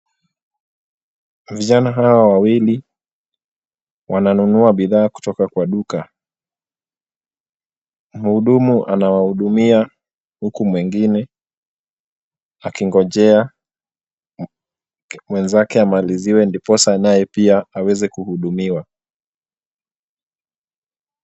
Vijana hawa wawili wananunua bidhaa kutoka kwa duka. Mhudumu anawahudumia huku mwingine akigojea mwenzake amaliziwe ndiposa naye pia aweze kuhudumiwa.